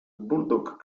bulldog